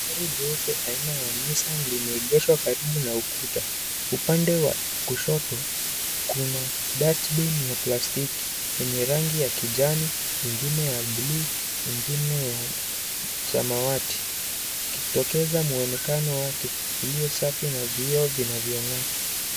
Gari jeupe aina ya Nissan limeegeshwa karibu na ukuta. upande wa kushoto kuna dustbin ya plastiki yenye rangi ya kijani, ingine ya buluu, ingine ya samawati ikitokeza muonekano wake uliosafi na vioo vinavyong'aa.